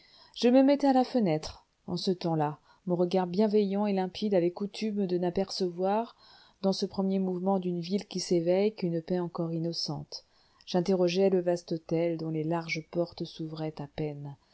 je me mettais à la fenêtre en ce temps-là mon regard bienveillant et limpide avait coutume de n'apercevoir dans ce premier mouvement d'une ville qui s'éveille qu'une paix encore innocente j'interrogeais le vaste hôtel dont les larges portes s'ouvraient à peine